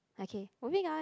okay moving on